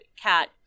cat